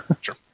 Sure